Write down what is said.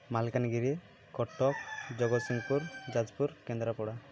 Malkangiri Cuttack Jagatsinghpur Jajpur Kendrapara